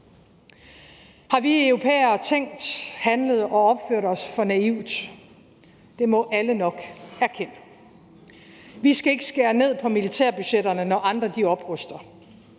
Har vi europæere tænkt, handlet og opført os for naivt? Ja, det må alle nok erkende. Vi skal ikke skære ned på militærbudgetterne, når andre opruster.